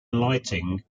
lighting